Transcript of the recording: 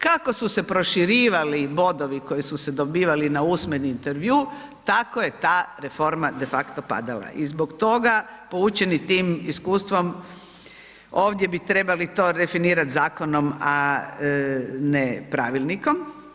Kako su se proširivali bodovi koji su se dobili na usmeni intervju tako je ta reforma de facto padala i zbog toga poučeni tim iskustvom ovdje bi trebali to definirat zakonom, a ne pravilnikom.